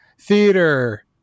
theater